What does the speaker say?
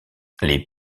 les